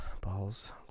Balls